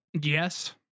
Yes